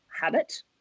habit